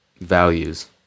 values